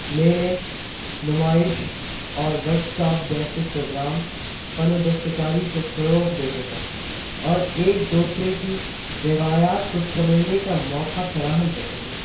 میلے نمائش اور ورکشاپ جیسے پروگرام فن و دستکاری کو فروغ دیتے ہیں اور ایک دوسرے کی روایات کو سمجھنے کا موقع فراہم کرتے ہیں